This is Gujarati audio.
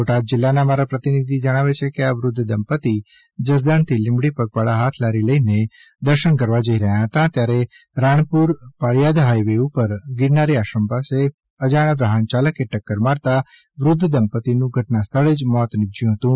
બોટાદ જિલ્લાના અમારા પ્રતિનિધિ જણાવે છે કે આ વૃધ્ય દંપતી જસદણથી લિંબડી પગપાળા હાથ લારી લઈને દર્શન કરવા જઇ રહ્યા હતા ત્યારે રાણપુર પાળીયાદ હાઈવે ઉપર ગીરનારી આશ્રમ પાસે અજાણ્યા વાહન યાલકે ટક્કર મારતા વૃધ્ય દંપતીનું ઘટના સ્થળે જ મોત નિપશ્યુ હતુ